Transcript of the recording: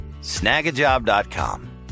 snagajob.com